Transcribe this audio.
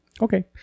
Okay